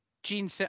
Gene